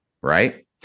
right